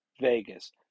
Vegas